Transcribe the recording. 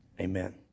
Amen